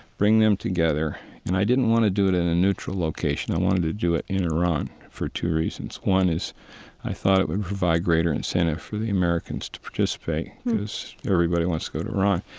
bring them together and i didn't want to do it in a neutral location, i wanted to do it in iran for two reasons one is i thought it would provide greater incentive for the americans to participate because everybody wants to go to iran.